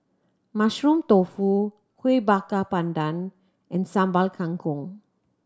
Mushroom Tofu Kuih Bakar Pandan and Sambal Kangkong